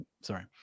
sorry